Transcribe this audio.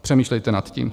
Přemýšlejte nad tím.